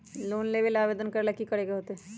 Loan लेबे ला आवेदन करे ला कि करे के होतइ?